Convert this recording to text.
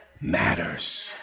matters